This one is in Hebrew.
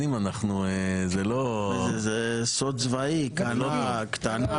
מן הכלל בעניין מספר ההצבעות הנכנס בגדרי סעיף 98 לתקנון,